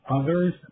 others